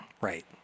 right